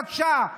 בבקשה,